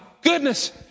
goodness